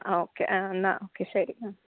ആ ഓക്കെ ആ എന്നാൽ ഓക്കെ ശരി ആ